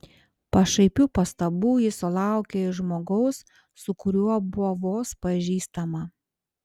pašaipių pastabų ji sulaukė iš žmogaus su kuriuo buvo vos pažįstama